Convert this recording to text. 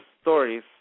stories